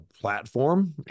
platform